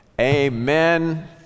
Amen